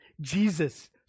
Jesus